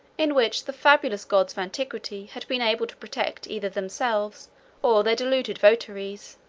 in which the fabulous gods of antiquity had been able to protect either themselves or their deluded votaries.